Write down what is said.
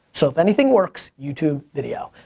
so if anything works, youtube video.